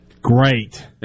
Great